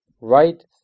right